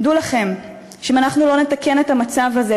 דעו לכם שאם אנחנו לא נתקן את המצב הזה,